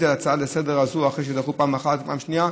ההצעה הזאת לסדר-היום אחרי שדחו פעם אחת ופעם שנייה,